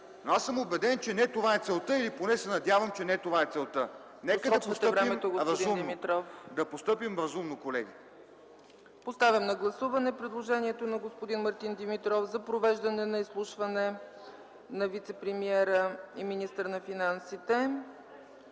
подходящ. Убеден съм, че не това е целта, или поне се надявам, че не това е целта. Нека да постъпим разумно, колеги! ПРЕДСЕДАТЕЛ ЦЕЦКА ЦАЧЕВА: Поставям на гласуване предложението на господин Мартин Димитров за провеждане на изслушване на вицепремиера и министър на финансите